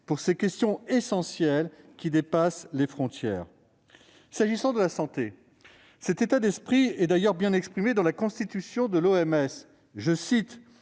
car ces questions essentielles dépassent les frontières. S'agissant de la santé, cet état d'esprit est d'ailleurs bien retranscrit dans la Constitution de l'OMS :«